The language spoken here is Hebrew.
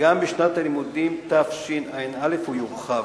ובשנת הלימודים תשע"א הוא יורחב,